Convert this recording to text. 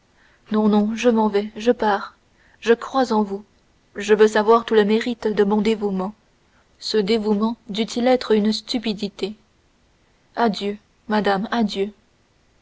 non non je m'en vais je pars je crois en vous je veux avoir tout le mérite de mon dévouement ce dévouement dût-il être une stupidité adieu madame